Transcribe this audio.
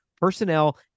personnel